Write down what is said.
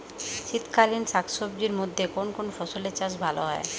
শীতকালীন শাকসবজির মধ্যে কোন কোন ফসলের চাষ ভালো হয়?